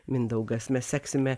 mindaugas mes seksime